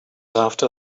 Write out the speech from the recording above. after